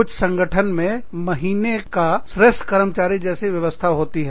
कुछ संगठनों में महीने का श्रेष्ठ कर्मचारी जैसी व्यवस्था होती है